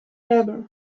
labour